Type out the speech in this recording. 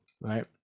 right